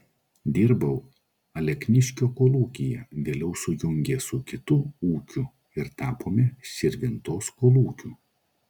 dirbau alekniškio kolūkyje vėliau sujungė su kitu ūkiu ir tapome širvintos kolūkiu